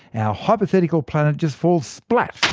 and our hypothetical planet just falls, splat,